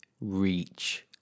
reach